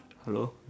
hello